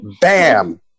Bam